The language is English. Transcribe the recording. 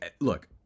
Look